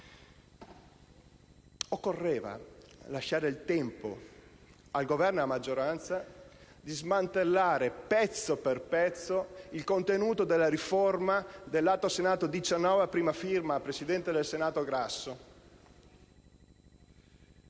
occorreva lasciare il tempo al Governo e alla maggioranza di smantellare, pezzo per pezzo, il contenuto della riforma dell'atto Senato n. 19 a prima firma del presidente del Senato Grasso.